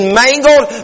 mangled